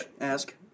Ask